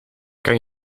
kan